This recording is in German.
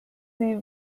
sie